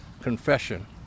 confession